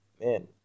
man